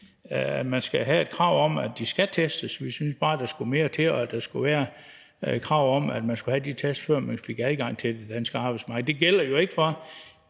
at man skal have et krav om, at de skal testes, vi synes bare, at der skulle mere til, og at der skulle være et krav om, at man skulle have de test, før man fik adgang til det danske arbejdsmarked. Det gælder jo ikke for